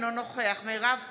אינו נוכח מירב כהן,